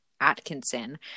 atkinson